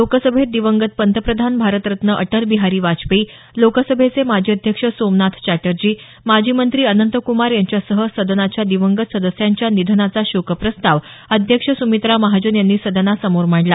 लोकसभेत दिवंगत पंतप्रधान भारतरत्न अटल बिहारी वाजपेयी लोकसभेचे माजी अध्यक्ष सोमनाथ चटर्जी माजी मंत्री अनंतक्रमार यांच्यासह सदनाच्या दिवंगत सदस्यांच्या निधनाचा शोकप्रस्ताव अध्यक्ष सुमित्रा महाजन यांनी सदनासमोर मांडला